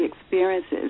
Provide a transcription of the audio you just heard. experiences